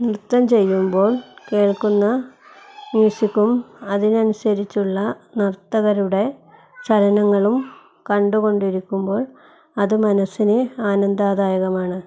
നൃത്തം ചെയ്യുമ്പോൾ കേൾക്കുന്ന മ്യൂസിക്കും അതിനനുസരിച്ചുള്ള നർത്തകരുടെ ചലനങ്ങളും കണ്ടുകൊണ്ടിരിക്കുമ്പോൾ അത് മനസ്സിന് ആനന്ദദായകമാണ്